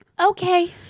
Okay